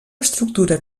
estructura